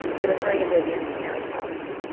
they returned to vivian's parents' house